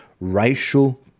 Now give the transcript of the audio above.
racial